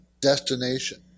Destination